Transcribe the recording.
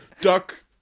duck